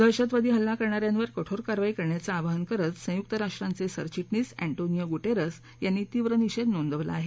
दहशतवादी हल्ला करणाऱ्यांवर कठोर कारवाई करण्याचं आवाहन करत संयुक्त राष्ट्रांचे सरचिटणीस एन्टोनिओ गुटेरेस यांनी तीव्र निषेध नोंदवला आहे